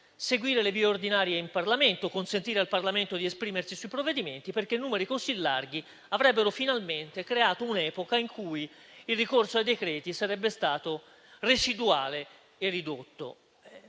seguire le vie ordinarie in Parlamento e consentire al Parlamento di esprimersi sui provvedimenti, perché numeri così larghi avrebbero finalmente creato un'epoca in cui il ricorso ai decreti sarebbe stato residuale e ridotto.